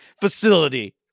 facility